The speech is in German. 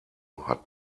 hat